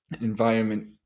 environment